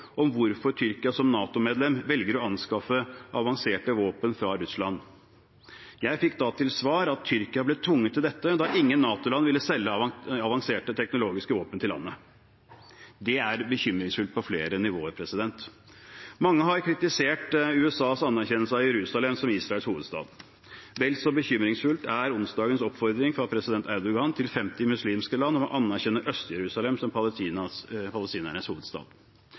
om hvorfor Tyrkia som NATO-medlem velger å anskaffe avanserte våpen fra Russland. Jeg fikk da til svar at Tyrkia ble tvunget til dette da ingen NATO-land ville selge avanserte teknologiske våpen til landet. Det er bekymringsfullt på flere nivåer. Mange har kritisert USAs anerkjennelse av Jerusalem som Israels hovedstad. Vel så bekymringsfullt er onsdagens oppfordring fra president Erdogan til 50 muslimske land om å anerkjenne Øst-Jerusalem som palestinernes hovedstad.